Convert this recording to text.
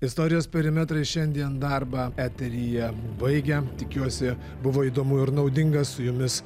istorijos perimetrai šiandien darbą eteryje baigia tikiuosi buvo įdomu ir naudinga su jumis